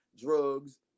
drugs